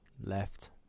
left